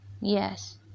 yes